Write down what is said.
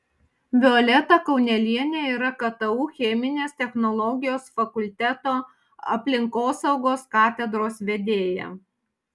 violeta kaunelienė yra ktu cheminės technologijos fakulteto aplinkosaugos katedros vedėja